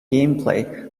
gameplay